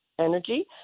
energy